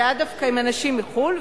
זה היה דווקא עם אנשים מחו"ל,